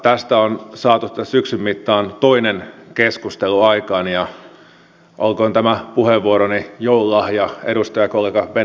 tästä on saatu syksyn mittaan toinen keskustelu aikaan ja olkoon tämä puheenvuoroni joululahja edustajakollega ben zyskowiczille